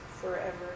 forever